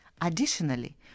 Additionally